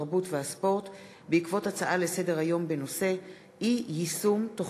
התרבות והספורט בעקבות דיון בהצעות לסדר-היום